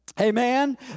Amen